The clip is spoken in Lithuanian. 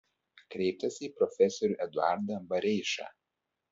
kreiptasi į profesorių eduardą bareišą